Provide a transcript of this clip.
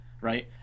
right